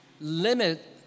limit